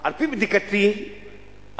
על-פי בדיקתי,